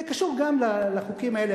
זה קשור גם לחוקים האלה,